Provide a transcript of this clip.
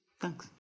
Thanks